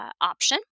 option